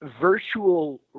virtual